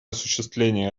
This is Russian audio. осуществление